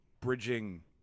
bridging